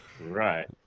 right